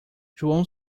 joão